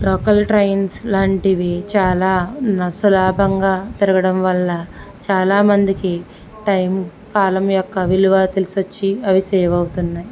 local trains లాంటివి చాలా నర్సలాభంగా తిరగడం వల్ల చాలా మందికి టైమ్ కాలం యొక్క విలువ తెలిసొచ్చి అవి సేవ్ అవుతున్నాయి